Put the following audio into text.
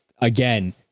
Again